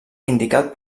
indicat